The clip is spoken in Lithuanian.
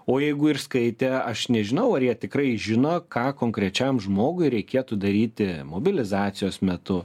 o jeigu ir skaitę aš nežinau ar jie tikrai žino ką konkrečiam žmogui reikėtų daryti mobilizacijos metu